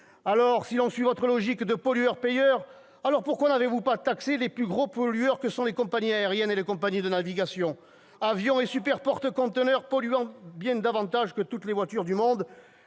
Alors, si l'on suit votre logique du pollueur-payeur, pourquoi ne pas avoir taxé les plus gros pollueurs que sont les compagnies aériennes et les compagnies de navigation ? Avions et super porte-conteneurs polluent bien davantage que toutes les voitures du monde !